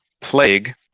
plague